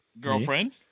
Girlfriend